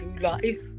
life